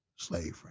Slavery